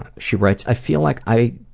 she writes, i feel like i